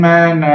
Man